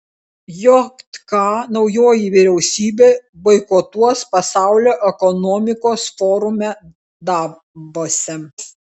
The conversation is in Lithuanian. jk naujoji vyriausybė boikotuos pasaulio ekonomikos forume davose